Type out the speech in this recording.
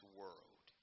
world